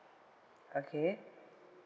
okay